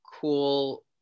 cool